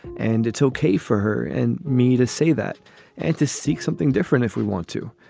and it's okay for her and me to say that and to seek something different if we want to.